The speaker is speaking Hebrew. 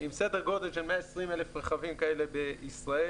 עם סדר גודל של 120,000 רכבים כאלה בישראל